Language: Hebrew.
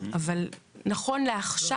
אבל נכון לעכשיו,